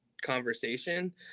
conversation